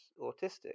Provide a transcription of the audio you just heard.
autistic